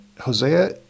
Hosea